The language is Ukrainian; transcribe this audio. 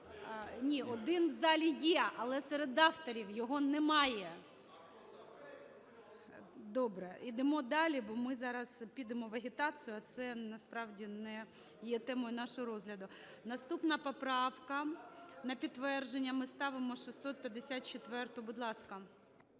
Ні, один в залі є, але серед авторів його немає. Добре, ідемо далі, бо ми зараз підемо в агітацію, а це насправді не є темою нашого розгляду. Наступна поправка, на підтвердження ми ставимо, 654, будь ласка.